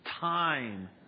time